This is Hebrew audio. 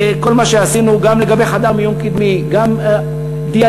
כל מה שעשינו גם לגבי חדר מיון קדמי, גם דיאליזה,